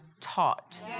taught